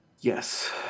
Yes